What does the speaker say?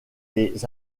des